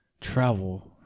travel